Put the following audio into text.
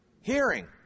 Hearing